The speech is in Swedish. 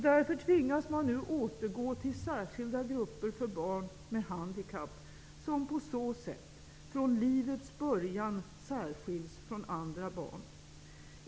Därför tvingas man nu återgå till särskilda grupper för barn med handikapp, som på så sätt från livets början särskiljs från andra barn.